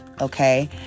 Okay